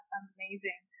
amazing